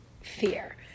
fear